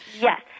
Yes